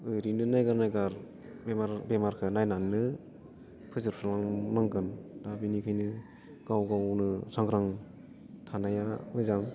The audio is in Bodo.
ओरैनो नायगार नायगार बेमारखौ नायनानैनो फोजोबस्रांनांगोन दा बेनिखायनो गाव गावनो सांग्रां थानाया मोजां